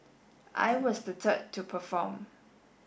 I was the third to perform